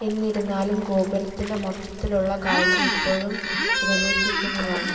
എന്നിരുന്നാലും ഗോപുരത്തിന്റെ മൊത്തത്തിലുള്ള കാഴ്ച ഇപ്പോഴും രമിപ്പിക്കുന്നതാണ്